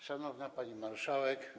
Szanowna Pani Marszałek!